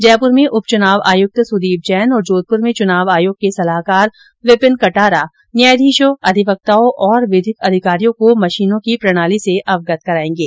जयप्र में उप चुनाव आयुक्त सुदीप जैन और जोधप्र में चुनाव आयोग के सलाहकार विपिन कटारा न्यायाधीशों अधिवक्ताओं और विधिक अधिकारियों को मशीनों की प्रणाली से अवगत कराएंगे